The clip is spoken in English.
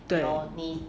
对